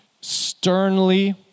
sternly